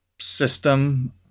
system